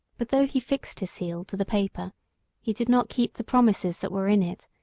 but though he fixed his seal to the paper he did not keep the promises that were in it,